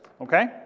Okay